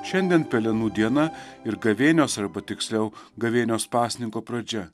šiandien pelenų diena ir gavėnios arba tiksliau gavėnios pasninko pradžia